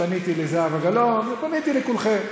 ופניתי אל זהבה גלאון ופניתי אל כולכם.